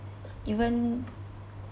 even